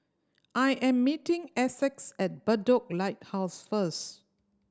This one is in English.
I am meeting Essex at Bedok Lighthouse first